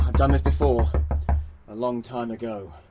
done this before a long time ago,